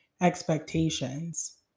expectations